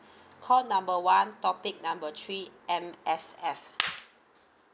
call number one topic number three M_S_F